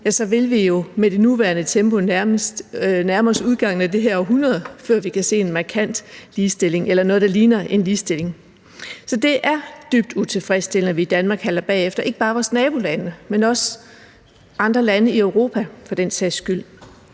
– så vil vi jo med det nuværende tempo nærme os udgangen af det her århundrede, før vi kan se en markant ligestilling eller noget, der ligner en ligestilling. Så det er dybt utilfredsstillende, at vi i Danmark halter bagefter ikke bare vores nabolande, men også andre lande i Europa for den sags skyld.